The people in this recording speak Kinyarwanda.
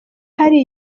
hari